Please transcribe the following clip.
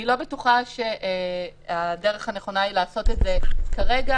אני לא בטוחה שהדרך הנכונה היא לעשות את זה כרגע.